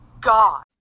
god